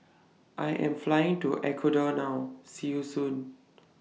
I Am Flying to Ecuador now See YOU Soon